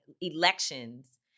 elections